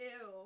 Ew